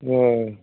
ਹਾਂ